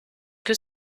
que